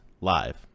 Live